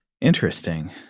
Interesting